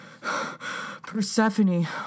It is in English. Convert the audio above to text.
Persephone